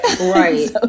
Right